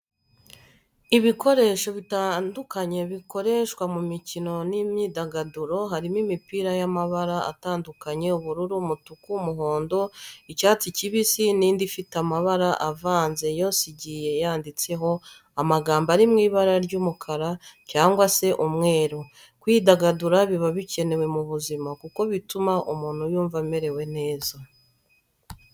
Ibikoresho bitandukanye bikoreshwa mu mikino n'imyidagaduro, harimo imipira y'amabara atandukanye ubururu, umutuku, umuhondo, icyatsi kibisi n'indi ifite amabara avanze yose igiye yanditseho amagambo ari mw'ibara ry'umukara cyangwa se umweru, kwidagadura biba bikenewe mu buzima kuko bituma umuntu yumva amerewe neza